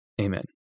Amen